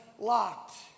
locked